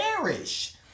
perish